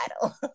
title